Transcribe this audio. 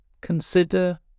Consider